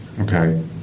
Okay